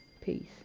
Peace